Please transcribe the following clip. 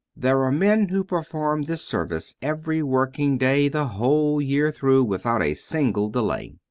there are men who perform this service every working day the whole year through, without a single delay.